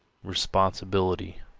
responsibility,